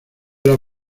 las